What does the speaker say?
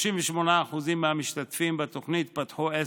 38% מהמשתתפים בתוכנית פתחו עסק,